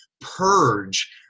purge